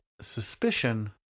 suspicion